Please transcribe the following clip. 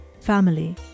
Family